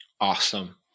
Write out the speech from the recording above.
Awesome